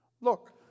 look